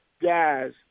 guys